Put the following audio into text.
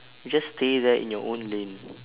you just stay there in your own lane